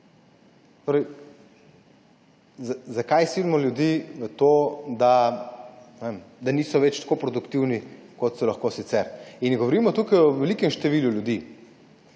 Zakaj silimo ljudi v to, da niso več tako produktivni, kot so sicer lahko. In govorimo tukaj o velikem številu ljudi.